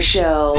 Show